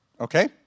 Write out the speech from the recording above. Okay